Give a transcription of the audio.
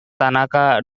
tanaka